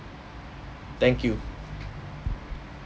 thank you